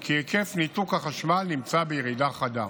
כי היקף ניתוק החשמל נמצא בירידה חדה.